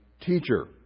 Teacher